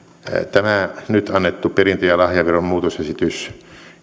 tämä nyt annettu perintö ja lahjaveron muutosesitys